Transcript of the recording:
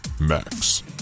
Max